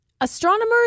Astronomers